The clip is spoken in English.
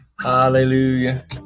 Hallelujah